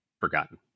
forgotten